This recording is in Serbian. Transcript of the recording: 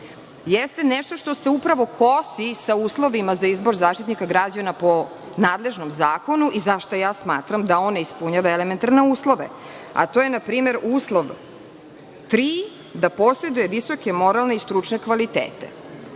jeste nešto što se upravo kosi sa uslovima za izbor Zaštitnika građana po nadležnom zakonu i zašto ja smatram da on ne ispunjava elementarne uslove. To je, npr, uslov tri da poseduje visoke, moralne i stručne kvalitete.